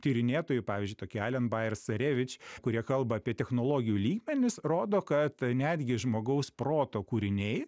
tyrinėtojai pavyzdžiui tokia alen bajer sarevič kurie kalba apie technologijų lygmenis rodo kad netgi žmogaus proto kūriniai